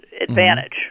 advantage